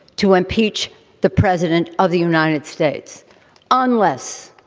to impeach the president of the united states unless